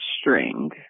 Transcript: string